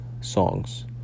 songs